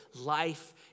life